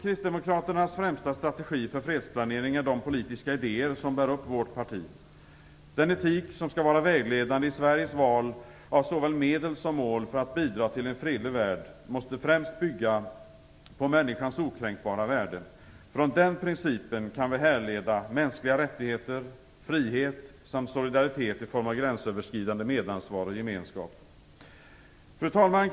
Kristdemokraternas främsta strategi för fredsplanering är de politiska idéer som bär upp vårt parti. Den etik som skall vara vägledande i Sveriges val av såväl medel som mål för att bidra till en fredlig värld måste främst bygga på människans okränkbara värde. Från den principen kan vi härleda mänskliga rättigheter, frihet samt solidaritet i form av gränsöverskridande medansvar och gemenskap. Fru talman!